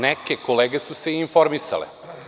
Neke kolege su se i informisale.